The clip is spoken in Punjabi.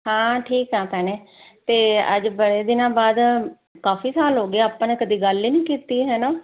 ਹਾਂ ਠੀਕ ਆ ਭੈਣੇ ਤੇ ਅੱਜ ਬੜੇ ਦਿਨਾਂ ਬਾਅਦ ਕਾਫੀ ਸਾਲ ਹੋ ਗਏ ਆਪਾਂ ਨੇ ਕਦੀ ਗੱਲ ਹੀ ਨਹੀਂ ਕੀਤੀ ਹੈ ਨਾ